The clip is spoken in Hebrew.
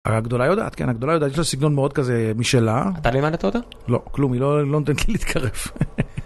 הגדולה יודעת, כן הגדולה יודעת, יש לה סגנון מאוד כזה משאלה. אתה לימדת אותה? לא, כלום, היא לא נותנת לי להתקרב.